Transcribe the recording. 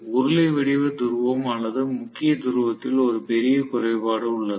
உருளை வடிவ துருவம் அல்லது முக்கிய துருவத்தில் ஒரு பெரிய குறைபாடு உள்ளது